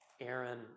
Aaron